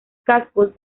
cascos